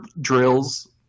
drills